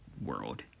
world